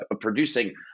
producing